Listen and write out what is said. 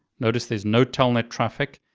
notice there's no telnet traffic.